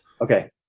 okay